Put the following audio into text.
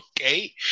okay